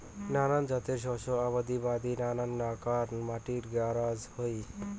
নানান জাতের শস্য আবাদির বাদি নানান নাকান মাটির গরোজ হই